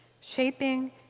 shaping